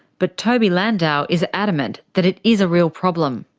but toby landau is adamant that it is a real problem.